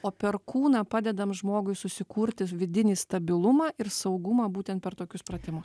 o per kūną padedam žmogui susikurti vidinį stabilumą ir saugumą būtent per tokius pratimus